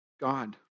God